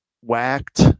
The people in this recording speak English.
Whacked